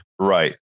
Right